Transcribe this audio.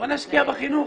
בואו נשקיע בחינוך.